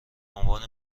عنوان